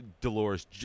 Dolores